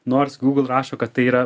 nors google rašo kad tai yra